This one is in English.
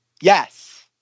Yes